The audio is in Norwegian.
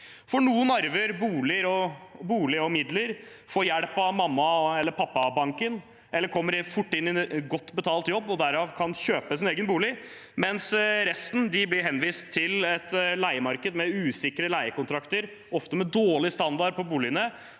Noen arver boliger og midler, får hjelp av mamma- eller pappabanken, eller kommer fort inn i en godt betalt jobb og kan derav kjøpe sin egen bolig, mens resten blir henvist til et leiemarked med usikre leiekontrakter, ofte med dårlig standard på boligene,